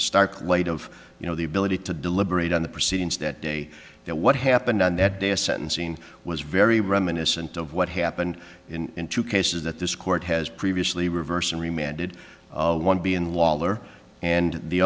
stark light of you know the ability to deliberate on the proceedings that day that what happened on that day a sentencing was very reminiscent of what happened in two cases that this court has previously reversed and remanded one being lawler and the